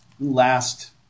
last